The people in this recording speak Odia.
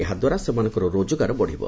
ଏହା ଦ୍ୱାରା ସେମାନଙ୍କ ରୋକଗାର ବଢ଼ିବ